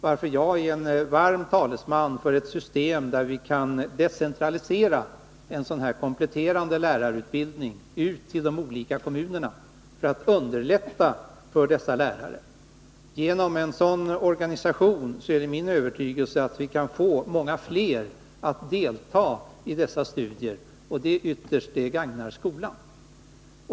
Därför är jag en varm talesman för ett system där vi kan decentralisera en sådan här kompletterande lärarutbildning ut till de olika kommunerna för att göra det lättare för dessa lärare. Det är min övertygelse att vi genom en sådan organisation kan få många fler att delta i sådana studier. Det gagnar ytterst skolan.